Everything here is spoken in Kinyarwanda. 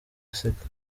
aseka